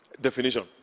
definition